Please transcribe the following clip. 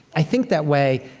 i think that way,